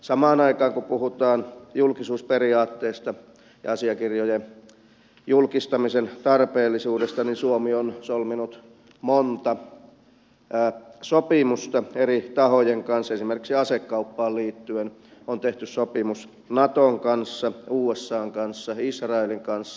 samaan aikaan kun puhutaan julkisuusperiaatteesta ja asiakirjojen julkistamisen tarpeellisuudesta suomi on solminut monta sopimusta eri tahojen kanssa esimerkiksi asekauppaan liittyen on tehty sopimus naton kanssa usan kanssa israelin kanssa